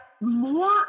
more